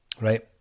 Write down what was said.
Right